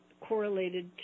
correlated